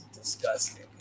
disgusting